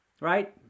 right